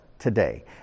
Today